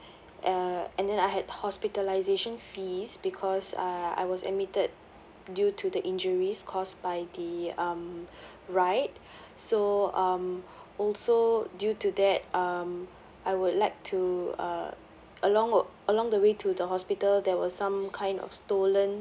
uh and then I had hospitalisation fees because uh I was admitted due to the injuries cause by the um ride so um also due to that um I would like to uh along along the way to the hospital there was some kind of stolen